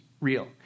real